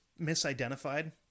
misidentified